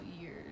years